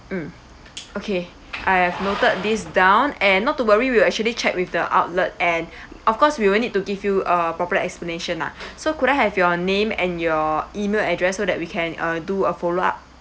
mm okay I have noted this down and not to worry we will actually checked with the outlet and of course we will need to give you uh proper explanation lah so could I have your name and your email address so that we can uh do a follow up